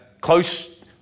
close